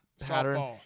pattern